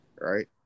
Right